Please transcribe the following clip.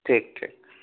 ٹھیک ٹھیک